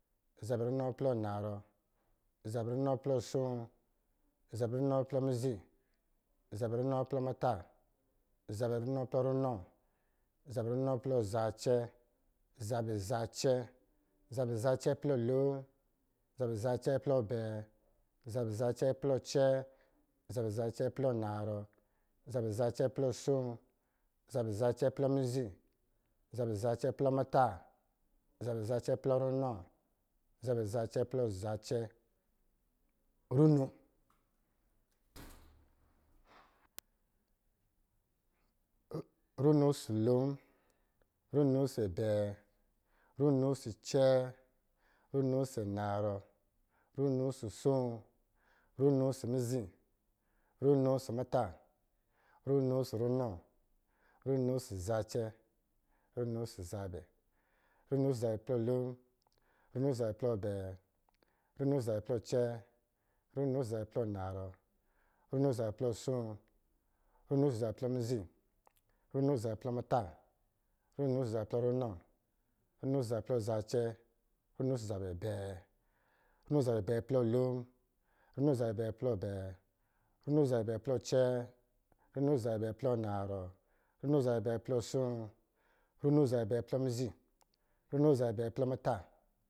Zabɛ runɔ plɔ narɔ, zabɛ runɔ plɔ asoo, zabɛ runɔ plɔ mizi, zabɛ runɔ plɔ muta, zabɛ runɔ plɔ runɔ, zabɛ runɔ plɔ zacɛ, zabɛ zacɛ, zabɛ zacɛ plɔ lon, zabɛ zacɛ plɔ abɛɛ, zabɛ zacɛ plɔ acɛɛ, zabɛ zacɛ plɔ anarɔ, zabɛ zacɛ plɔ asoo, zabɛ zacɛ plɔ mizi, zabɛ zacɛ plɔ muta, zabɛ zacɛ plɔ runɔ, zabɛ zacɛ plɔ zacɛ, runo, runo ɔsɔ̄ lon, runo ɔsɔ̄ abɛɛ, runo ɔsɔ̄ acɛɛ, runo ɔsɔ̄ anarɔ, runo ɔsɔ̄ asoo, runo ɔsɔ̄ mizi, runo ɔsɔ̄ muta, runo ɔsɔ̄ runɔ, runo ɔsɔ̄ zacɛ, runo ɔsɔ̄ zabɛ, runo ɔsɔ̄ zabɛ plɔ lon, runo ɔsɔ̄ zabɛ plɔ abɛɛ, runo ɔsɔ̄ zabɛ plɔ acɛɛ, runo ɔsɔ̄ zabɛ plɔ anarɔ, runo ɔsɔ̄ zabɛ plɔ asoo, runo ɔsɔ̄ zabɛ plɔ mizi, runo ɔsɔ̄ zabɛ plɔ muta, runo ɔsɔ̄ zabɛ plɔ runɔ, runo ɔsɔ̄ zabɛ plɔ zacɛ, runo ɔsɔ̄ zabɛ abɛɛ, runo ɔsɔ̄ zabɛ abɛɛ plɔ lon, runo ɔsɔ̄ zabɛ abɛɛ plɔ abɛɛ, runo ɔsɔ̄ zabɛ abɛɛ plɔ acɛɛ, runo ɔsɔ̄ zabɛ abɛɛ plɔ anarɔ, runo ɔsɔ̄ zabɛ abɛɛ plɔ asoo, runo ɔsɔ̄ zabɛ abɛɛ plɔ mizi, runo ɔsɔ̄ zabɛ abɛɛ plɔ muta